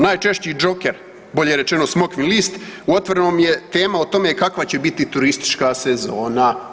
Najčešći joker bolje rečeno smokvin list u Otvorenom je tema o tome kakva će biti turistička sezona.